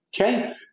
okay